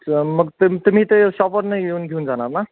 किंवा मग ते तुम्ही ते शॉपवरून येऊन घेऊन जाणार ना